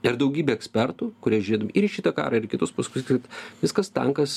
ir daugybė ekspertų kurie žiūrėdami ir į šitą karą ir į kitus pasakys kad viskas tankas